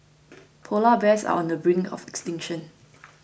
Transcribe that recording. Polar Bears are on the brink of extinction